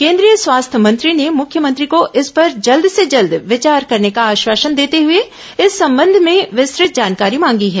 केंद्रीय स्वास्थ्य मंत्री ने मुख्यमंत्री को इस पर जल्द से जल्द विचार करने का आश्वासन देते हुए इस संबंध में विस्तृत जानकारी मांगी है